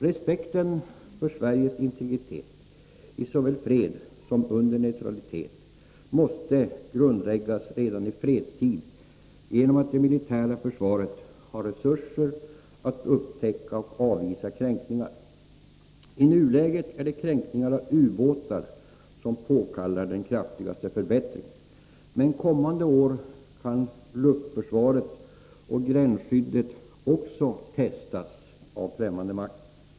Respekten för Sveriges integritet i såväl fred som under neutralitet måste grundläggas redan i fredstid genom att det militära försvaret har resurser att upptäcka och avvisa kränkningar. I nuläget är det kränkningar av ubåtar som påkallar den kraftigaste förbättringen. Men kommande år kan luftförsvaret och gränsskyddet också ”testas” av främmande makt.